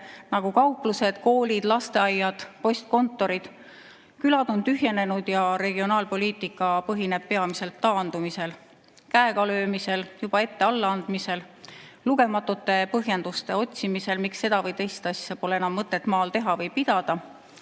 nagu kauplused, koolid, lasteaiad ja postkontorid. Külad on tühjenenud ja regionaalpoliitika põhineb peamiselt taandumisel, käegalöömisel, juba ette alla andmisel, lugematute põhjenduste otsimisel, miks seda või teist asja pole enam mõtet maal teha või pidada.